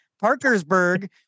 Parkersburg